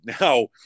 Now